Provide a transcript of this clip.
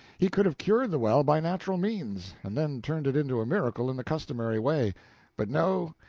he could have cured the well by natural means, and then turned it into a miracle in the customary way but no,